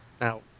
Now